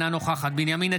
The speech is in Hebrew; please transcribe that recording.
אינה נוכחת בנימין נתניהו,